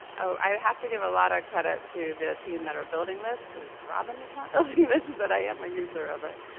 i have to give a lot of credit to the team that are building this, because robin is not building this, but i am a user of it.